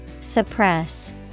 Suppress